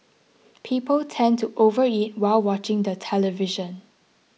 people tend to overeat while watching the television